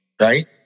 right